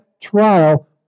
trial